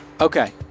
Okay